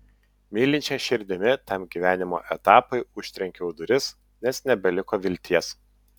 mylinčia širdimi tam gyvenimo etapui užtrenkiau duris nes nebeliko vilties